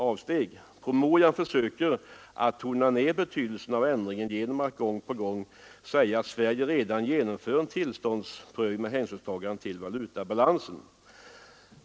I promemorian försöker man tona ner betydelsen av ändringen genom att gång på gång framhålla att Sverige redan tillämpar tillståndsprövning med hänsyn till valutabalansen.